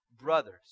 brothers